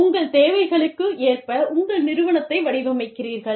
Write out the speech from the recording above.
உங்கள் தேவைகளுக்கு ஏற்ப உங்கள் நிறுவனத்தை வடிவமைக்கிறீர்கள்